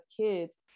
kids